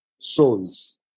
souls